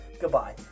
goodbye